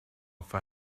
for